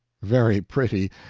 very pretty,